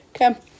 Okay